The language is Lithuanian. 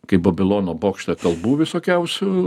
kaip babilono bokšte kalbų visokiausių